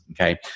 Okay